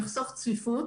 יחסוך צפיפות,